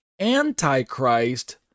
Antichrist